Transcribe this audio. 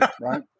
right